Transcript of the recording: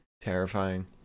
terrifying